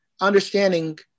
understanding